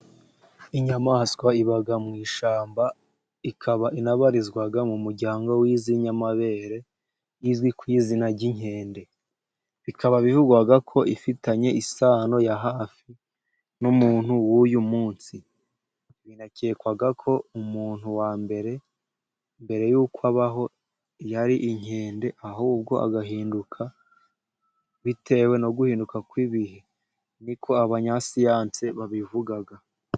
Inyamaswa iba mu ishyamba ikaba inabarizwa mu muryango w'inyamabere, izwi ku izina ry'inkende bikaba bivugwaga ko ifitanye isano ya hafi n'umuntu w'uyu munsi, binakekwa ko umuntu wa mbere, mbere y'uko abaho yari inkende ahubwo agahinduka bitewe no guhinduka kw'ibihe niko abanya siyanse babivuga.